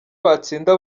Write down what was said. batsinda